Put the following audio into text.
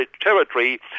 territory